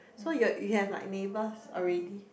so you are you have like neighbours already